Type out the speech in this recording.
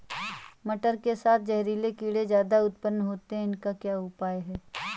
मटर के साथ जहरीले कीड़े ज्यादा उत्पन्न होते हैं इनका उपाय क्या है?